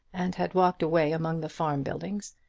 and had walked away among the farm buildings,